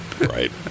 Right